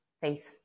faith